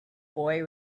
boy